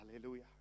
Hallelujah